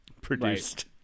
produced